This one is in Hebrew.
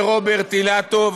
לרוברט אילטוב,